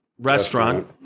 restaurant